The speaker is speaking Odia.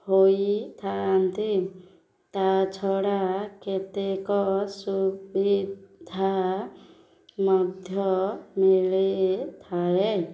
ହେଇଥାନ୍ତି ତା'ଛଡ଼ା କେତେକ ସୁବିଧା ମଧ୍ୟ ମିଳିଥାଏ